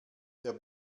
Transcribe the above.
der